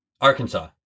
Arkansas